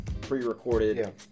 pre-recorded